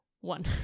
one